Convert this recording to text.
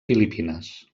filipines